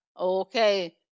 Okay